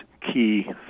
key